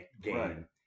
game